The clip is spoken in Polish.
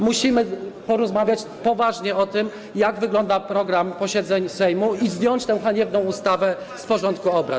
Musimy porozmawiać poważnie o tym, jak wygląda program posiedzeń Sejmu, i zdjąć tę haniebną ustawę z porządku obrad.